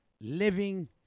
living